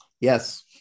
Yes